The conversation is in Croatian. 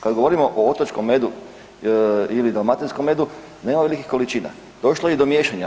Kada govorimo o otočkom medu ili dalmatinskom medu nema velikih količina, došlo je i do miješanja.